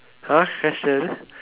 !huh! question